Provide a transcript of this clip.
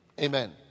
Amen